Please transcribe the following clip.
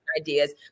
ideas